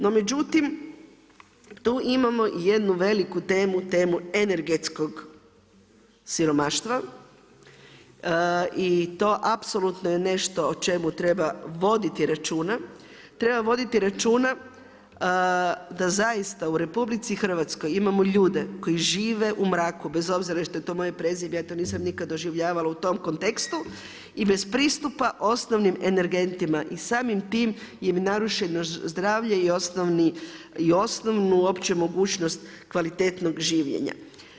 No međutim, tu imamo i jednu veliku temu, temu energetskog siromaštva i to apsolutno je nešto o čemu treba voditi računa, treba voditi računa da zaista u Republici Hrvatskoj imamo ljude koji žive u mraku bez obzira što je to moje prezime ja to nisam nikad doživljavala u tom kontekstu i bez pristupa osnovnim energentima i samim time im je narušeno zdravlje i osnovnu uopće mogućnost kvalitetnog življenja.